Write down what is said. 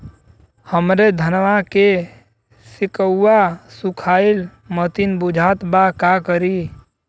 हमरे धनवा के सीक्कउआ सुखइला मतीन बुझात बा का करीं?